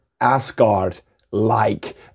Asgard-like